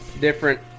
different